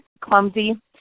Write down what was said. clumsy